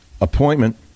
appointment